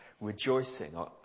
rejoicing